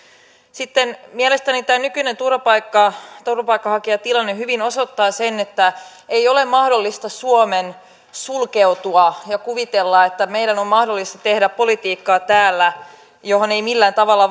sitten mielestäni tämä nykyinen turvapaikanhakijatilanne hyvin osoittaa sen että ei ole mahdollista suomen sulkeutua ja kuvitella että meidän on täällä mahdollista tehdä politiikkaa johon ei millään tavalla